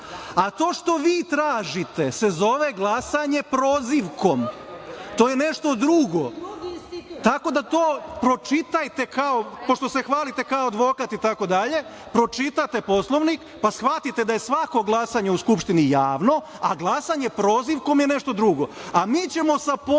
a to što vi tražite se zove glasanje prozivkom. To je nešto drugo. Pročitajte, pošto se hvalite kao advokat itd, Poslovnik, pa shvatite da je svako glasanje u Skupštini javno, a glasanje prozivkom je nešto drugo, a mi ćemo sa ponosom